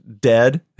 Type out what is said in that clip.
dead